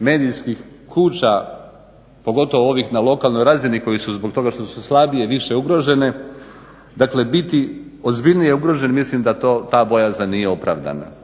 medijskih kuća pogotovo ovih na lokalnoj razini koji su zbog toga što su slabije više ugrožene dakle biti ozbiljnije ugrožene, mislim ta bojazan nije opravdana.